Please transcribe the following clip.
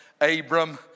Abram